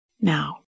Now